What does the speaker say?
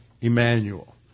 Emmanuel